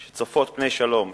שצופות פני שלום,